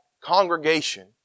congregation